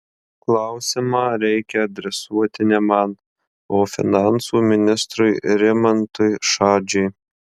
klausimą reikia adresuoti ne man o finansų ministrui rimantui šadžiui